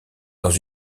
dans